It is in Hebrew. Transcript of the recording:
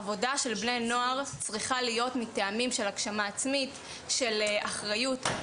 עבודה של בני נוער צריכה להיות מטעמים של הגשמה עצמית ושל אחריות.